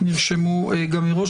שנרשמו מראש.